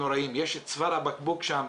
תורם ומקדם את הפריפריה ובהחלט הקל על התנועה צפונה.